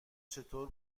چطور